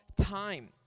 time